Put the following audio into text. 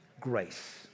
grace